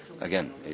Again